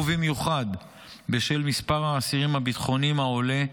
ובמיוחד בשל מספר האסירים הביטחוניים העולה,